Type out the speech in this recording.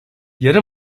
yarı